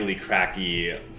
cracky